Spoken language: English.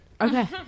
okay